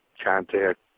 contact